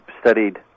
studied